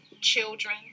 children